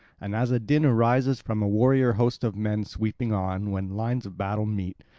and as a din arises from a warrior-host of men sweeping on, when lines of battle meet,